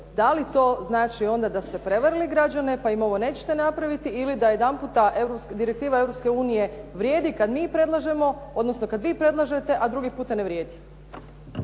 da li to znači onda da ste prevarili građane pa im ovo nećete napraviti ili da jednaputa direktiva Europske unije vrijedi kada mi predlažemo, odnosno kada vi predlažete, a drugi puta ne vrijedi?